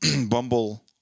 Bumble